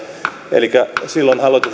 elikkä silloin